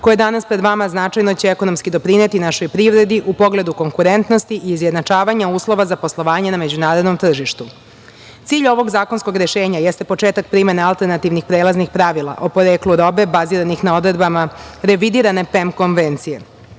je danas pred vama, značajno će ekonomski doprineti našoj privredi u pogledu konkurentnosti i izjednačavanja uslova za poslovanje na međunarodnom tržištu. Cilj ovog zakonskog rešenja jeste početak primene alternativnih prelaznih pravila o poreklu robe, baziranih na odredbama revidirane PEM konvencije.